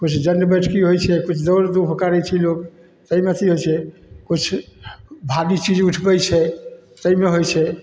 किछु दण्ड बैठकी होइ छै किछु दौड़धूप करै छै लोक तऽ एहिमे अथी होइ छै किछु भारी चीज उठबै छे ताहिमे होइ छै